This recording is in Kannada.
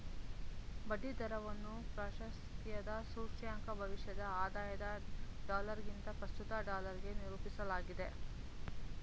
ಬಡ್ಡಿ ದರವನ್ನ ಪ್ರಾಶಸ್ತ್ಯದ ಸೂಚ್ಯಂಕ ಭವಿಷ್ಯದ ಆದಾಯದ ಡಾಲರ್ಗಿಂತ ಪ್ರಸ್ತುತ ಡಾಲರ್ಗೆ ನಿರೂಪಿಸಲಾಗಿದೆ